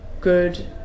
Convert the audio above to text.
good